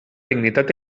dignitat